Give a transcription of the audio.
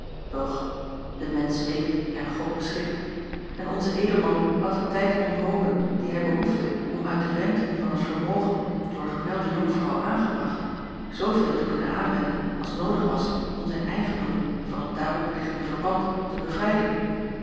doch de mensch wikt en god beschikt en onzen edelman had de tijd ontbroken dien hij behoefde om uit de renten van het vermogen door gemelde jonkvrouw aangebracht zooveel te kunnen aanwenden als noodig was om zijn eigendommen van het daarop liggende verband te bevrijden